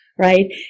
right